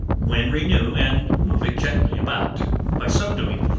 when renew and move it gently about by so doing,